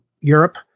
Europe